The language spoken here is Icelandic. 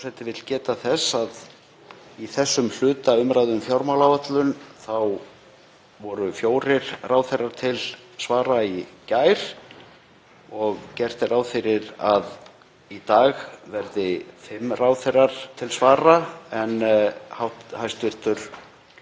Forseti vill geta þess að í þessum hluta umræðu um fjármálaáætlun voru fjórir ráðherrar til svara í gær og gert er ráð fyrir að í dag verði fimm ráðherrar til svara en hæstv.